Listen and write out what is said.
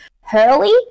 hurley